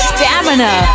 Stamina